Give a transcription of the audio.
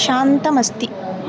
शान्तमस्ति